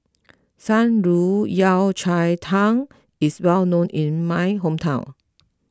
Shan Rui Yao Cai Tang is well known in my hometown